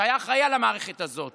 שהיה אחראי על המערכת הזאת